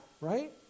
right